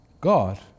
God